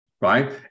Right